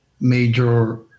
major